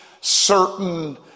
certain